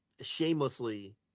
shamelessly